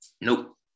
Nope